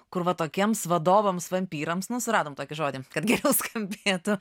kur va tokiems vadovams vampyrams nu suradome tokį žodį kad geriau skambėtų